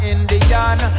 Indian